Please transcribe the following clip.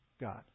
God